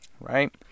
Right